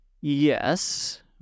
Yes